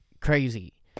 crazy